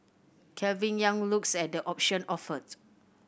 Calvin Yang looks at the option offered